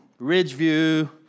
Ridgeview